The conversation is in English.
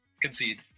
concede